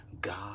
God